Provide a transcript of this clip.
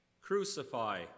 Crucify